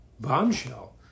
bombshell